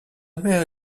mère